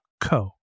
co